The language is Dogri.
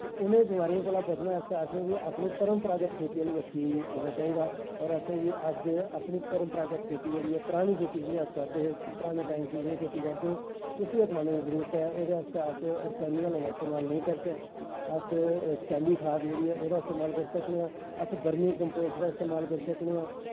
ते उनें बमारियें कोला दा बचने आस्ते असेंगी अपनी परंमरागत खेत्ती आह्ली बक्खी आना चाही दा और अज्ज असेंगी अपनी परंपरागत खेत्ती जेह्की परानी खेत्ती जेह्ड़ी अस करदे हे पराने टाईम च जियां खेत्ती करदे हे उसी अपनाने दी जरूरत ऐ रसैनिक हैलें दा अस इस्तेमाल नेईं करचै अस सैल्ली खााध जेह्की ऐ उस दा इस्तेमाल करचै अस बर्मी कंपोज दा इस्तेमाल करी सकने आं